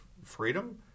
Freedom